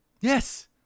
Yes